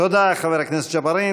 תודה, חבר הכנסת ג'בארין.